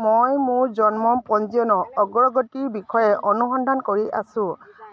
মই মোৰ জন্ম পঞ্জীয়নৰ অগ্ৰগতিৰ বিষয়ে অনুসন্ধান কৰি আছোঁ